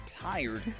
tired